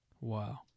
Wow